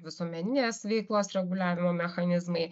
visuomeninės veiklos reguliavimo mechanizmai